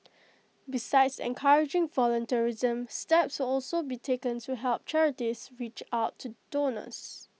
besides encouraging volunteerism steps will also be taken to help charities reach out to donors